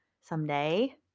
someday